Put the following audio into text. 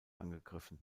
angegriffen